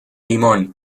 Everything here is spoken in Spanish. limón